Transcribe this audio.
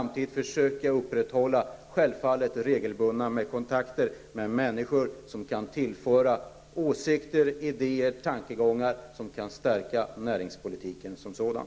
Samtidigt försöker jag självfallet upprätthålla regelbundna kontakter med människor som kan tillföra åsikter, idéer och tankegångar som kan stärka näringspolitiken som sådan.